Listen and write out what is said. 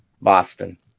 Boston